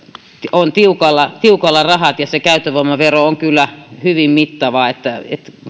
on tiukalla tiukalla rahat ja se käyttövoimavero on kyllä hyvin mittava